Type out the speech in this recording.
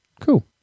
Cool